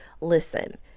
Listen